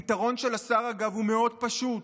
הפתרון של השר, אגב, הוא מאוד פשוט: